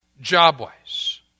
job-wise